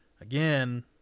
again